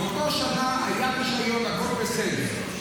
באותה שנה היה רישיון והכול בסדר.